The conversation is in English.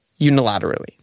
unilaterally